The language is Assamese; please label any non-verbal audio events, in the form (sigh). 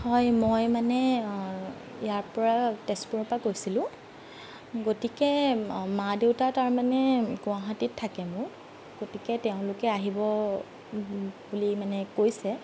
হয় মই মানে ইয়াৰ পৰা তেজপুৰৰ পৰা কৈছিলোঁ গতিকে মা দেউতাৰ তাৰ মানে গুৱাহাটীত থাকে মোৰ গতিকে তেওঁলোকে আহিব বুলি (unintelligible) মানে কৈছে